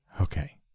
Okay